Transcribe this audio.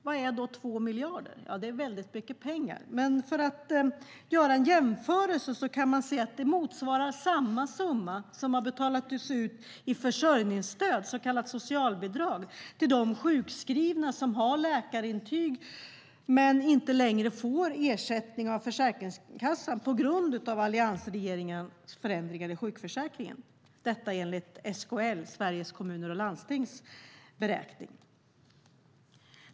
Vad är då 2 miljarder? Det är väldigt mycket pengar. För att göra en jämförelse kan man säga att det motsvarar den summa som har betalats ut i försörjningsstöd, så kallat socialbidrag, till de sjukskrivna som har läkarintyg men som inte längre får ersättning av Försäkringskassan på grund av alliansregeringens förändringar i sjukförsäkringen - detta enligt SKL:s, Sveriges Kommuner och Landstings, beräkning.